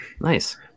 nice